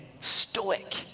stoic